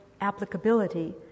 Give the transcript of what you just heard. applicability